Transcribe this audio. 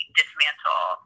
dismantle